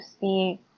see